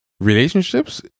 relationships